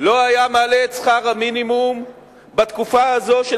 לא היה מעלה את שכר המינימום בתקופה הזאת,